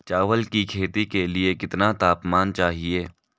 चावल की खेती के लिए कितना तापमान चाहिए?